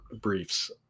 briefs